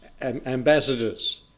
Ambassadors